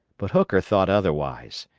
but hooker thought otherwise.